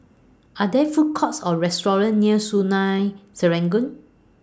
Are There Food Courts Or restaurants near Sungei Serangoon